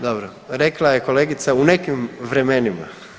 Dobro, rekla je kolegica u nekim vremenima.